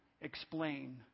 explain